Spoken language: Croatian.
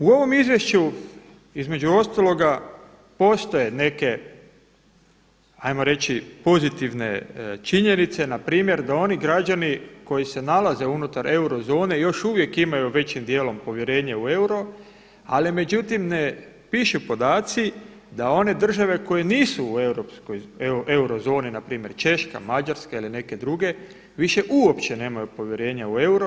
U ovom izvješću između ostaloga postoje neke, ajmo reći pozitivne činjenice npr. da oni građani koji se nalaze unutar eurozone još uvijek imaju većim dijelom povjerenje u euro, ali međutim ne pišu podaci da one države koje nisu u eurozoni npr. Češka, Mađarska ili neke druge, više uopće nemaju povjerenja u euro.